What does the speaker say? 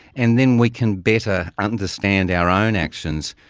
and then we can better understand our own actions,